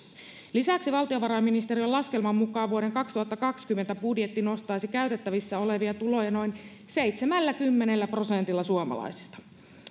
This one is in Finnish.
lisäksi valtiovarainministeriön laskelman mukaan vuoden kaksituhattakaksikymmentä budjetti nostaisi käytettävissä olevia tuloja noin seitsemälläkymmenellä prosentilla suomalaisista